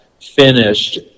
finished